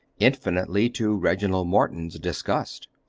infinitely to reginald morton's disgust.